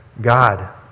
God